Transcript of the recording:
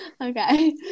Okay